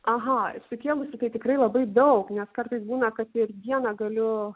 aha sukėlusi tai tikrai labai daug nes kartais būna kad ir dieną galiu